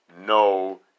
no